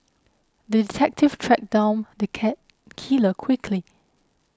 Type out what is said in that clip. the detective tracked down the cat killer quickly